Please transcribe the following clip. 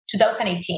2018